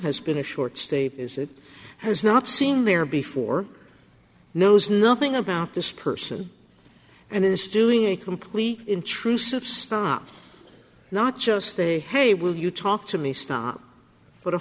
has been a short state is it has not seen there before knows nothing about this person and is doing a complete intrusive stop not just a hey will you talk to me stop